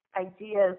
Idea's